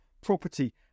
property